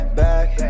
back